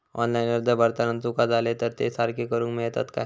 Online अर्ज भरताना चुका जाले तर ते सारके करुक मेळतत काय?